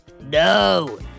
No